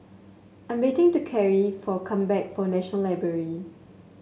I'm waiting to Kerry for come back from National Library